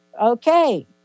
okay